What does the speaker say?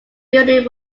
building